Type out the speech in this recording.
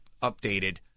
updated